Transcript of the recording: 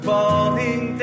Falling